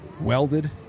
Welded